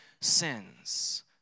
sins